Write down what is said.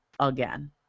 again